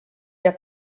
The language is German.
der